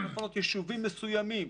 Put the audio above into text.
צריך לפנות יישובים מסוימים.